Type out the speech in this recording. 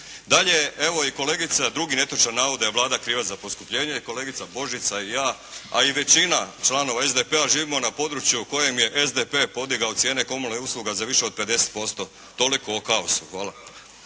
Dalje evo i kolegica drugi netočan navod da je Vlada kriva za poskupljenje, kolegica Božica i ja a i većina članova SDP-a živimo na području u kojem je SDP podigao cijene komunalnih usluga za više od 50%. Toliko o kaosu. Hvala.